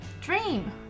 Dream